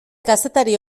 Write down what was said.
kazetari